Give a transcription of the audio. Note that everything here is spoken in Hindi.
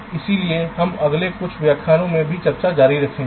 इसलिए हम अगले कुछ व्याख्यानों में भी चर्चा जारी रखेंगे